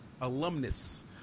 alumnus